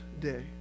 Day